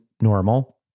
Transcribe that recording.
normal